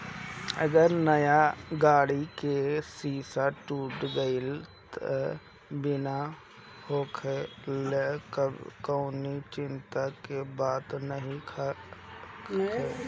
अगर नया गाड़ी के शीशा टूट गईल त बीमा होखला से कवनी चिंता के बात नइखे